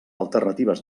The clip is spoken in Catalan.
alternatives